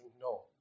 no